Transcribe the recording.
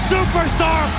Superstar